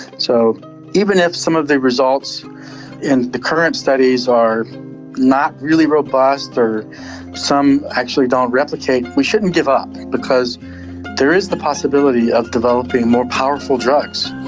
so even if some of the results in the current studies are not really robust, or some actually don't replicate, we shouldn't give up because there is the possibility of developing more powerful drugs.